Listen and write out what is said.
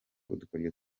udukoryo